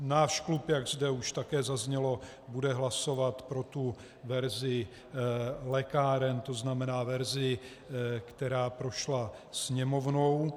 Náš klub, jak zde už také zaznělo, bude hlasovat pro verzi lékáren, to znamená verzi, která prošla Sněmovnou.